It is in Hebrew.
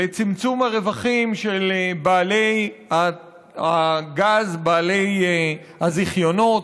לצמצום הרווחים של בעלי הגז, בעלי הזיכיונות,